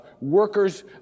workers